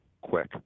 quick